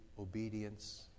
obedience